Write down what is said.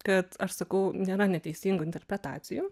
kad aš sakau nėra neteisingų interpretacijų